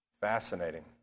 Fascinating